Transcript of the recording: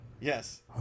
Yes